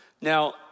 Now